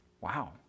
Wow